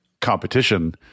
competition